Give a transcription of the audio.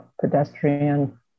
pedestrian